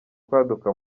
kwaduka